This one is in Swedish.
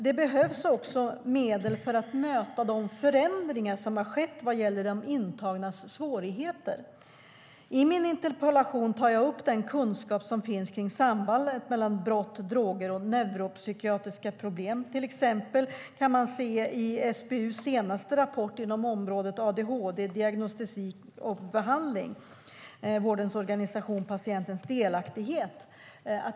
Det behövs också medel för att möta de förändringar som har skett vad gäller de intagnas svårigheter. I min interpellation tar jag upp den kunskap som finns om sambandet mellan brott, droger och neuropsykiatriska problem. Se exempelvis SBU:s senaste rapport inom området: ADHD - diagnostik och behandling, vårdens organisation och patientens delaktighet .